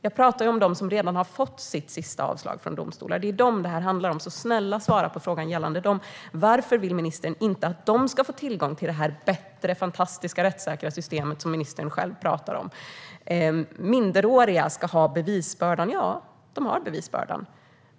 Jag talar om dem som redan har fått sitt sista avslag i domstolen. Det är dem detta handlar om, så var snäll och svara på frågan. Varför vill ministern inte att de ska få tillgång till detta bättre och fantastiskt rättssäkra system som ministern talar om? Minderåriga ska ha bevisbördan. Ja, de har bevisbördan.